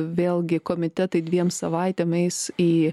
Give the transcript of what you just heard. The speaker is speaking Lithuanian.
vėlgi komitetai dviem savaitėm eis į